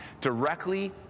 directly